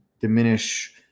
diminish